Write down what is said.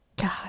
God